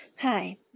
Hi